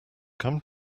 come